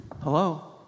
Hello